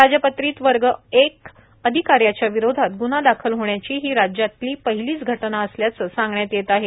राजपत्रित वर्ग एक अधिका याच्या विरोधात गुन्हा दाखल होण्याची ही राज्यातील पहिलीच घटना असल्याचे सांगण्यात येत आहे